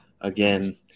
again